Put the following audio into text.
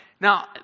now